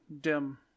dim